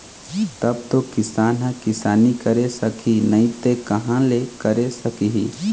तब तो किसान ह किसानी करे सकही नइ त कहाँ ले करे सकही